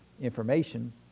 information